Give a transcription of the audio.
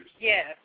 Yes